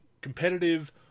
competitive